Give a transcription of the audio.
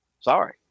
Sorry